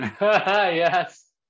yes